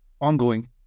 ongoing